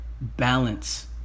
Balance